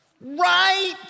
Right